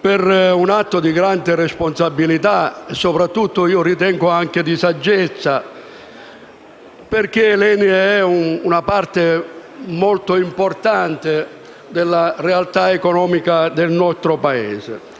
per un atto di grande responsabilità, soprattutto anche di saggezza, perché ENI è una parte molto importante della realtà economica del nostro Paese.